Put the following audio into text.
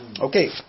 Okay